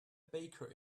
baker